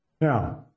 Now